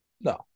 No